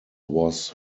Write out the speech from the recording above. was